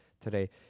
today